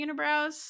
unibrows